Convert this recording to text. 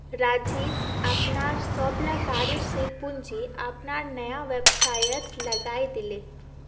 राजीव अपनार सबला कार्यशील पूँजी अपनार नया व्यवसायत लगइ दीले